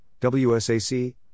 WSAC